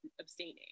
abstaining